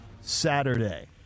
Saturday